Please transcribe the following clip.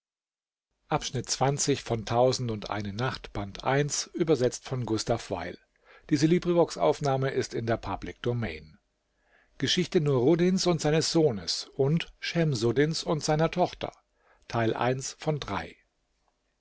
nuruddins und seines sohnes und schemsuddins und seiner tochter